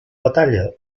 batalla